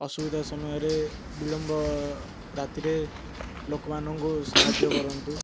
ଅସୁବିଧା ସମୟରେ ବିିଳମ୍ବ ରାତିରେ ଲୋକମାନଙ୍କୁ ସାହାଯ୍ୟ କରନ୍ତୁ